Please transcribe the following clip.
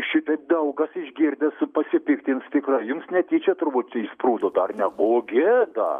šitaip daug kas išgirdęs pasipiktins tikrai jums netyčia turbūt čia išsprūdo dar nebuvo gėda